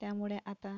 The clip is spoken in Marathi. त्यामुळे आता